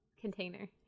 container